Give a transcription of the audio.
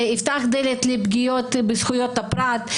זה יפתח דלת לפגיעות בזכויות הפרט,